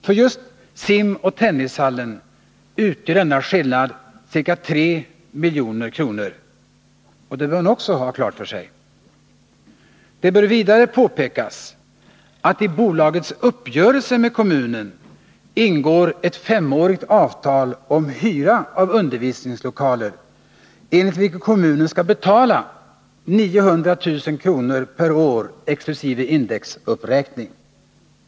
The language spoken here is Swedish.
För just simoch tennishallen utgör dennä skillnad ca 3 milj.kr. Det bör vidare påpekas att det i bolagets uppgörelse med kommunen ingår ett femårigt avtal om hyra av undervisningslokaler, enligt vilket kommunen skall betala 900 000 kr. per år exkl. indexuppräkning.